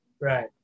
Right